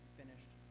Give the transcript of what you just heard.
finished